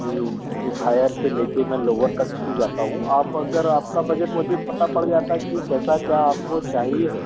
कि एक हायर से ले कर मैं लोअर तक भी जाता हूँ आप अगर आपका बजट मुझे पता पड़ जाता है कि कैसा क्या आपको चाहिए है